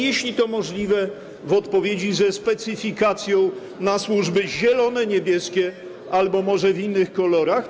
Jeśli to możliwe, w odpowiedzi ze specyfikacją na służby zielone, niebieskie albo może w innych kolorach.